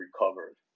recovered